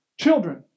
Children